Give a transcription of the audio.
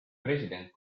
president